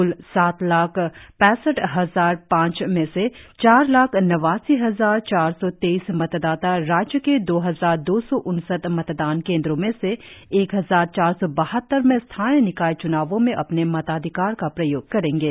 क्ल सात लाख पैसठ हजार पांच में से चार लाख नवासी हजार चार सौ तेईस मतदाता राज्य के दो हजार दो सौ उनसठ मतदान केंद्रों में से एक हजार चार सौ बहत्तर में स्थानीय निकाय च्नावों में अपने मताधिकार का प्रयोग करेंगे